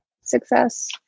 success